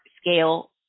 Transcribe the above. scale